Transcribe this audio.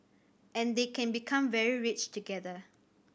and they can become very rich together